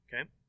Okay